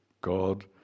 God